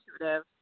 intuitive